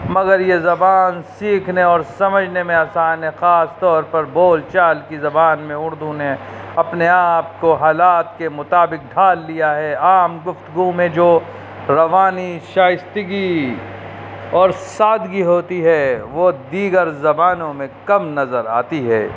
مگر یہ زبان سیکھنے اور سمجھنے میں آسان ہے خاص طور پر بول چال کی زبان میں اردو نے اپنے آپ کو حالات کے مطابق ڈھال لیا ہے عام گفتگو میں جو روانی شائستگی اور سادگی ہوتی ہے وہ دیگر زبانوں میں کم نظر آتی ہے